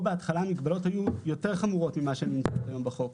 בהתחלה המגבלות היו יותר חמורות ממה שמוצגות היום בחוק,